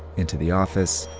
into the office,